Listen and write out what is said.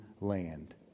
Land